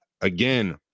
again